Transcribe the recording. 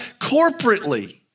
corporately